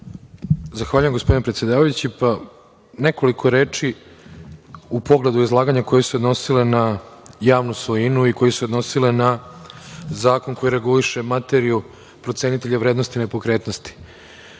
Zahvaljujem, gospodine predsedavajući. Nekoliko reči u pogledu izlaganja koja su se odnosila na javnu svojinu i koja su se odnosila na zakon koji reguliše materiju procenitelja vrednosti nepokretnosti. Što